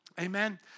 Amen